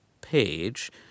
page